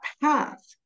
path